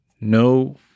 no